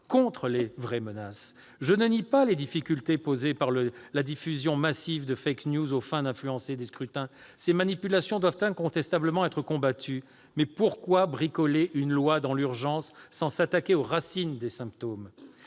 contre les vraies menaces. Je ne nie pas les difficultés posées par la diffusion massive de aux fins d'influencer des scrutins : ces manipulations doivent incontestablement être combattues. Mais pourquoi bricoler une loi dans l'urgence sans s'attaquer aux racines des symptômes ?